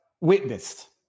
witnessed